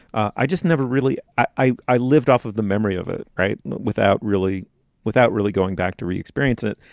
i just never really. i i lived off of the memory of it. right. without really without really going back to re experience it.